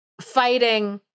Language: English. Fighting